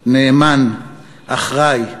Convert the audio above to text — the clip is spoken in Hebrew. נאמן, אחראי,